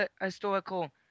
historical